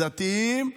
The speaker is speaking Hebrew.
בדתיים כבחילונים,